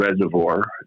reservoir